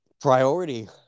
priority